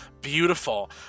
Beautiful